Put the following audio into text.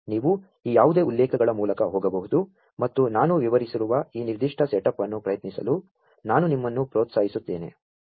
ನೀ ವು ಈ ಯಾ ವು ದೇ ಉಲ್ಲೇ ಖಗಳ ಮೂ ಲಕ ಹೋ ಗಬಹು ದು ಮತ್ತು ನಾ ನು ವಿವರಿಸಿರು ವ ಈ ನಿರ್ದಿ ಷ್ಟ ಸೆಟಪ್ ಅನ್ನು ಪ್ರಯತ್ನಿಸಲು ನಾ ನು ನಿಮ್ಮ ನ್ನು ಪ್ರೋ ತ್ಸಾ ಹಿಸು ತ್ತೇ ನೆ